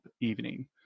evening